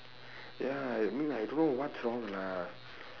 ya look I don't know what's wrong lah